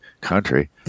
country